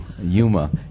Yuma